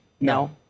No